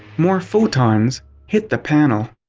more photons hit the panel.